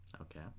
Okay